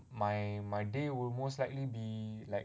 my my day will most likely be like